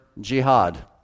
jihad